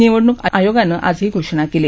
निवडणूक आयुक्तानं आज ही घोषणा केली